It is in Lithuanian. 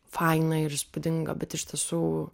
faina ir įspūdinga bet iš tiesų